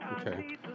okay